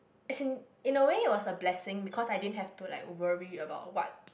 as in in a way was a blessing because I didn't have to like worry about what